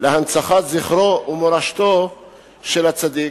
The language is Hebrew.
להנצחת זכרו ומורשתו של הצדיק,